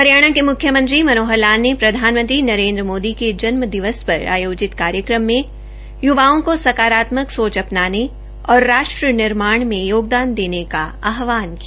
हरियाणा के म्ख्यमंत्री मनोहर लाल ने प्रधानमंत्री नरेन्द्र मोदी के जन्मदिवस पर आयोजित कार्यक्रम में युवाओं को सकारात्मक सोच अपनाने और राष्ट्र निर्माण में योगदान देने की आहवान किया